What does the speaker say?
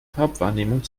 farbwahrnehmung